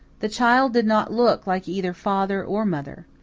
the child did not look like either father or mother.